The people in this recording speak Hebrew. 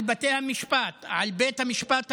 על בתי המשפט, על בית המשפט העליון,